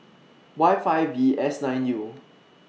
Y five V S nine U